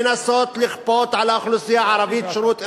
לנסות לכפות על האוכלוסייה הערבית שירות אזרחי.